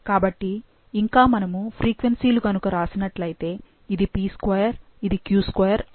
కాబట్టి ఇంకా మనము ఫ్రీక్వెన్సీలు గనుక రాసినట్లు అయితే ఇది p2 ఇది q2 అవుతుంది మరియు ఇది pq అవుతుంది